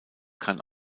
kann